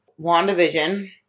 WandaVision